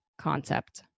concept